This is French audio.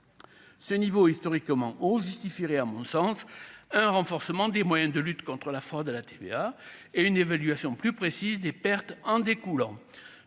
ce niveau historiquement haut justifierait, à mon sens un renforcement des moyens de lutte contre la fraude à la TVA et une évaluation plus précise des pertes en découlant,